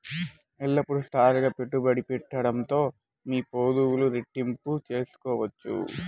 ఎల్లప్పుడూ స్మార్ట్ గా పెట్టుబడి పెట్టడంతో మీ పొదుపులు రెట్టింపు చేసుకోవచ్చు